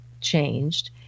changed